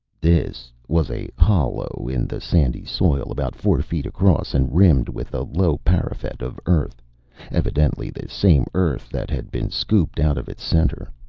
this was a hollow in the sandy soil, about four feet across and rimmed with a low parapet of earth evidently the same earth that had been scooped out of its center.